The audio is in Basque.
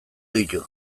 ditu